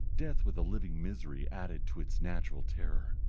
death with a living misery added to its natural terror,